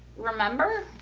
remember.